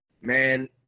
man